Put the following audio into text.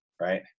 right